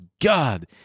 God